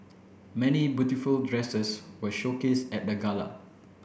many beautiful dresses were showcased at the gala